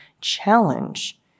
challenge